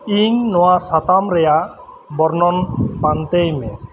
ᱤᱧ ᱱᱚᱣᱟ ᱥᱟᱛᱟᱢ ᱨᱮᱭᱟᱜ ᱵᱚᱨᱱᱚᱱ ᱯᱟᱱᱛᱮᱭ ᱢᱮ